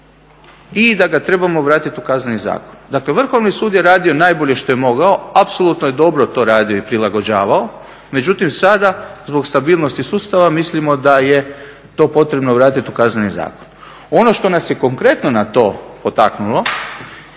i da ga trebamo vratit u Kazneni zakon. Dakle Vrhovni sud je radio najbolje što je mogao, apsolutno je dobro to radio i prilagođavao, međutim sada zbog stabilnosti sustava mislimo da je to potrebno vratit u Kazneni zakon. Ono što nas je konkretno na to potaknulo